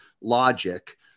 logic